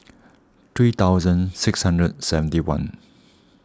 three thousand six hundred and seventy one